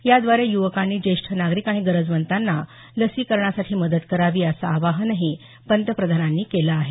याद्वारे युवकांनी ज्येष्ठ नागरीक आणि गरजवंतांना लसीकरणासाठी मदत करावी असं आवाहनही पंतप्रधानांनी केलं आहे